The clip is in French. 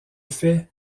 fait